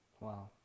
Wow